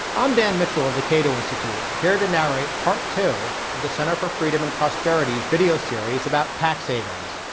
um dan mitchell of the cato institute, here to narrate part two of the center for freedom and prosperity's video series about tax havens.